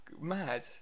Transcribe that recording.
Mad